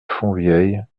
fontvieille